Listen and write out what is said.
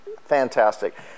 fantastic